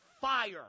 fire